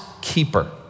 keeper